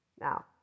Now